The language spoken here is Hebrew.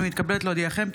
אני מתכבדת להודיעכם,